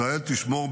ישראל תשמור,